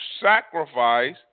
sacrifice